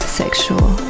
sexual